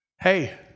hey